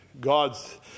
God's